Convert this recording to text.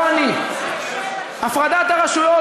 לא אני: הפרדת הרשויות,